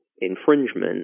infringement